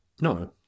No